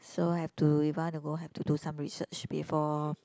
so I have to if want to go have to do some research before